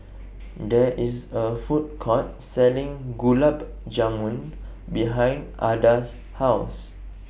There IS A Food Court Selling Gulab Jamun behind Adda's House